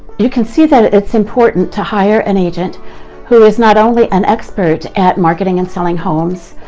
you can see that it's important to hire an agent who is not only an expert at marketing and selling homes,